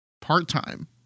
part-time